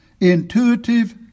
intuitive